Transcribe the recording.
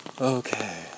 okay